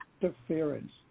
interference